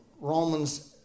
Romans